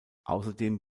außerdem